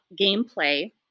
gameplay